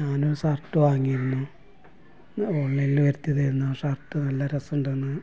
ഞാനൊരു സർട്ട് വങ്ങിന്നു ഓൺലൈനിൽ വരുത്തിയതായിരുന്നു ആ ഷർട്ട് നല്ല രസമുണ്ടെന്ന്